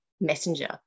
Messenger